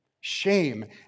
Shame